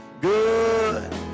good